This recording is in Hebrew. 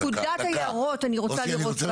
פקודת היערות אני רוצה לראות כאן.